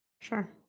Sure